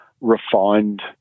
refined